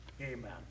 Amen